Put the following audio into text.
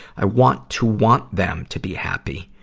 i want to want them to be happy,